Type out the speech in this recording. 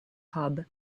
hub